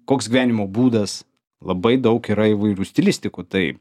koks gyvenimo būdas labai daug yra įvairių stilistikų tai